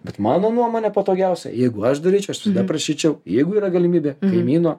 bet mano nuomone patogiausia jeigu aš daryčiau aš tada prašyčiau jeigu yra galimybė kaimyno